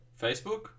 facebook